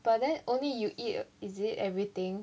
but then only you eat is it everything